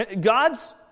God's